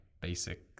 basic